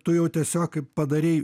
tu jau tiesiog kaip padarei